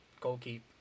goalkeeper